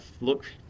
look